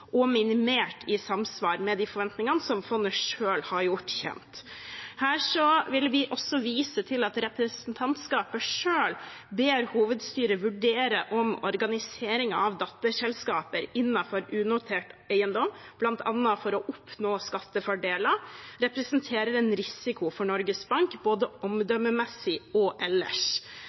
og minimert i samsvar med de forventningene som fondet selv har gjort kjent. Her vil vi også vise til at representantskapet selv ber hovedstyret vurdere om organiseringen av datterselskaper innenfor unotert eiendom, bl.a. for å oppnå skattefordeler, representerer en risiko for Norges Bank, både omdømmemessig og ellers.